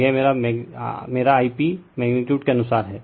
तो यह मेरा I p मैग्नीटयूड के अनुसार है